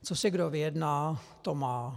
Co si kdo vyjedná, to má.